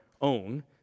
own